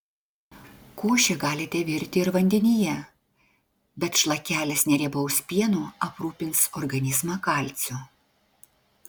košę galite virti ir vandenyje bet šlakelis neriebaus pieno aprūpins organizmą kalciu